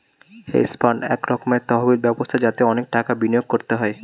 hedge fund এক রকমের তহবিল ব্যবস্থা যাতে অনেক টাকা বিনিয়োগ করতে হয়